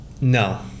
No